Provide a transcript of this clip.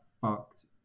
fucked